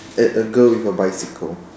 at a girl with a bicycle